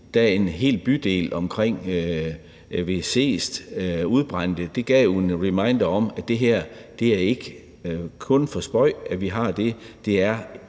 da en hel bydel ved Seest udbrændte. Det gav jo en reminder om, at det her ikke kun er en spøg, for det er en